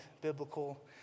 biblical